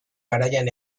garaian